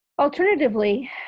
Alternatively